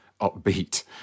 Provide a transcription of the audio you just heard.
upbeat